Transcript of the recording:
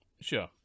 Sure